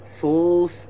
full